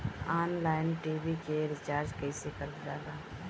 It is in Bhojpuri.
ऑनलाइन टी.वी के रिचार्ज कईसे करल जाला?